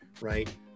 right